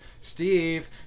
Steve